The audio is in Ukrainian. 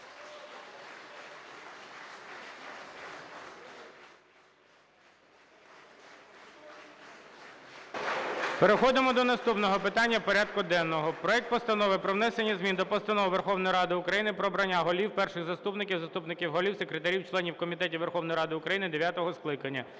Переходимо до наступного питання порядку денного. Проект Постанови про внесення змін до Постанови Верховної Ради України "Про обрання голів, перших заступників, заступників голів, секретарів, членів комітетів Верховної Ради України дев’ятого скликання".